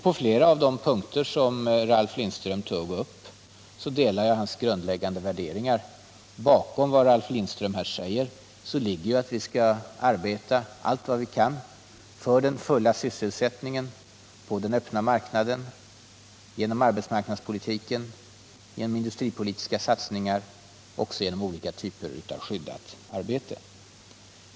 På flera av de punkter Ralf Lindström tog upp delar jag hans grundläggande värderingar. Bakom det Ralf Lindström säger ligger nödvändigheten att vi arbetar allt vad vi kan för den fulla sysselsättningen på den öppna marknaden, genom arbetsmarknadspolitiken, genom industripolitiska satsningar och även genom olika typer av skyddat arbete.